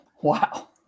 Wow